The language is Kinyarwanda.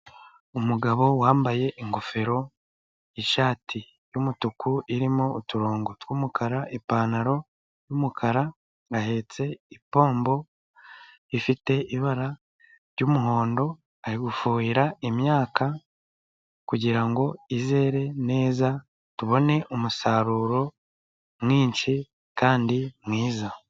Umugabo wambaye ingofero, ishati y'umutuku irimo uturongo tw'umukara, ipantaro y'umukara. Ahetse ipombo ifite ibara ry'umuhondo, ari gufuhira imyaka kugira ngo izere neza, tubone umusaruro mwinshi kandi mwiz1,a